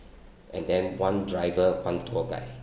and then one driver one tour guide